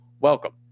Welcome